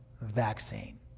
vaccine